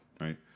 right